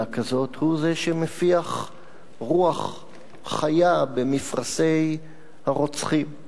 כזאת הוא שמפיח רוח חיה במפרשי הרוצחים.